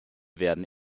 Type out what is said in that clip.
werden